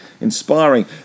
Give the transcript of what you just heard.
inspiring